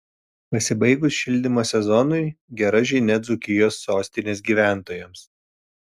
pasibaigus šildymo sezonui gera žinia dzūkijos sostinės gyventojams